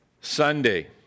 Sunday